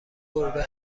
گربه